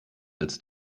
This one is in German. als